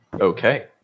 Okay